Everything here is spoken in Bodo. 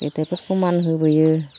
गेदेरफोरखौ मान होबोयो